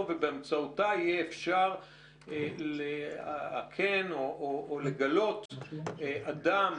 ובאמצעותה ניתן יהיה לאכן או לגלות אדם